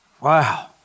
Wow